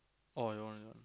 oh your one your one